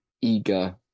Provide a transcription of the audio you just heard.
eager